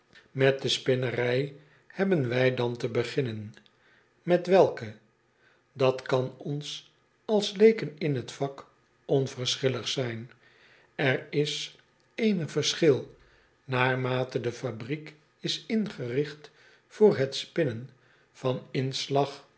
r i j hebben wij dan te beginnen et welke at kan ons als leeken in het vak onverschillig zijn r is eenig verschil naarmate de fabriek is ingerigt voor het spinnen van inslag